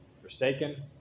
forsaken